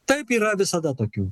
taip yra visada tokių